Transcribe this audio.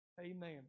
Amen